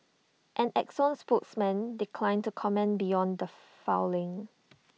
an exxon spokesman declined to comment beyond the filing